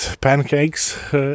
pancakes